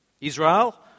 Israel